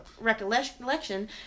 recollection